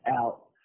out